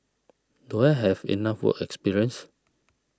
do I have enough work experience